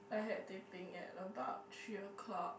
I had Teh-Ping at about three O-clock